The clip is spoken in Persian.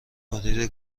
مدیر